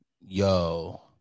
Yo